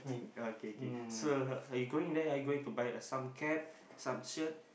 oh K K so are you going there are going to buy uh some cap some shirt